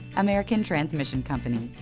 american transmission company,